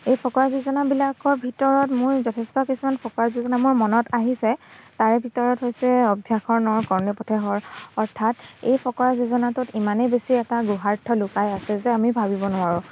এই ফকৰা যোজনাবিলাকৰ ভিতৰত মোৰ যথেষ্ট কিছুমান ফকৰা যোজনা মোৰ মনত আহিছে তাৰে ভিতৰত হৈছে অভ্যাসৰ নৰ কৰ্ণ পথে শৰ অৰ্থাৎ এই ফকৰা যোজনাটোত ইমানেই বেছি এটা গূঢ়াৰ্থ লুকাই আছে যে আমি ভাবিব নোৱাৰোঁ